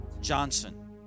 Johnson